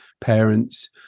parents